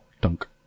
Dunk